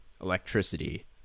electricity